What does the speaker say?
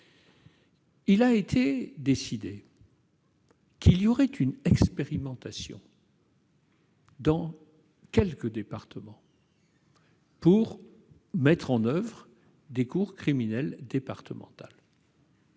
Il a été décidé qu'il y aurait une expérimentation dans quelques départements, pour mettre en oeuvre des cours criminelles départementales.